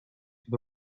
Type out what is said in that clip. from